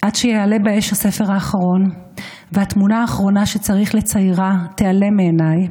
עד שיעלה באש הספר האחרון והתמונה האחרונה שצריך לציירה תיעלם מעיניי,